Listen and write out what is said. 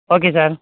okay sir